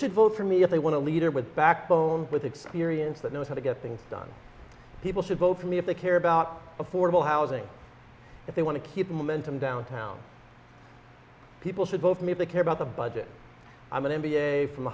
should vote for me if they want a leader with backbone with experience that knows how to get things done people should vote for me if they care about affordable housing if they want to keep the momentum downtown people should vote for me they care about the budget i'm an m b a from